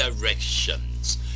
directions